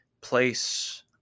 place